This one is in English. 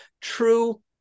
true